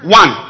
one